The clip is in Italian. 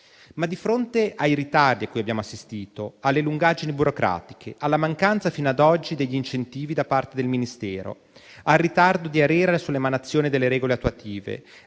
Ma di fronte ai ritardi a cui abbiamo assistito, alle lungaggini burocratiche, alla mancanza fino ad oggi degli incentivi da parte del Ministero, al ritardo di ARERA sull'emanazione delle regole attuative,